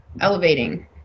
elevating